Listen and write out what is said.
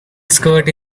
skirt